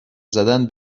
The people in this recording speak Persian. زدن